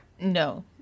no